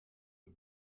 und